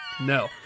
no